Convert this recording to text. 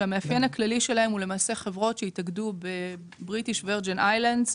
שהמאפיין הכללי שלהם הוא למעשה חברות שהתאגדו באיי הבתולה